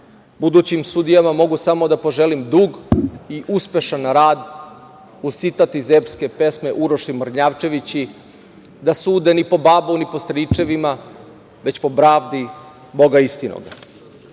pravde. Budućim sudijama mogu samo da poželim dug i uspešan rad uz citat iz epske pesme Uroš i Mrnjavčevići da sude ni po babu, ni po stričevima, već po pravde boga istinoga.